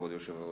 כבוד היושב-ראש.